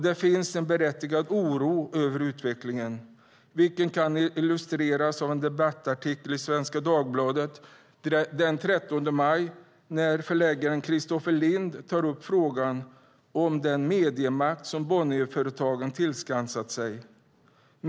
Det finns en berättigad oro över utvecklingen, vilket kan illustreras av en debattartikel i Svenska Dagbladet den 13 maj där förläggaren Kristoffer Lind tog upp frågan om den mediemakt som Bonnierföretagen tillskansat sig.